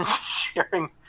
sharing